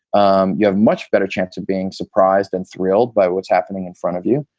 um you have much better chance of being surprised and thrilled by what's happening in front of you.